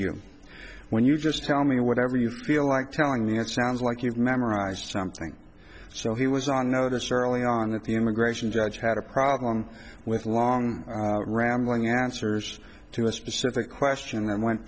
you when you just tell me whatever you feel like telling me it sounds like you've memorized something so he was on know this early on that the immigration judge had a problem with long rambling answers to a specific question that went